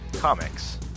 Comics